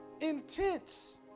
intense